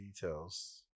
details